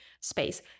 space